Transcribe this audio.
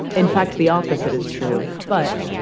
in fact, the opposite is true. but